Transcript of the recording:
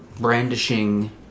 brandishing